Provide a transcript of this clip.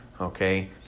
Okay